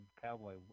cowboy